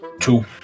Two